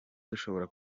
dushobora